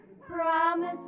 Promise